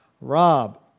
Rob